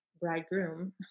bridegroom